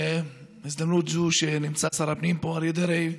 בהזדמנות זו שנמצא פה שר הפנים אריה דרעי,